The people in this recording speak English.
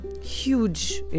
huge